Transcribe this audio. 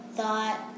thought